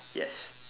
yes